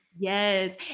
Yes